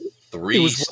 three